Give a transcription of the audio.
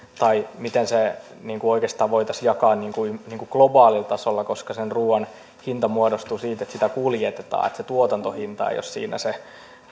tai miten se oikeastaan voitaisiin jakaa globaalilla tasolla koska sen ruuan hinta muodostuu siitä että sitä kuljetetaan se tuotantohinta ei ole siinä se